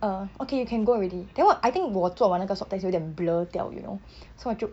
err okay you can go already then 我 I think 我做完那个 swab test 有一点 blur 掉 you know so 我就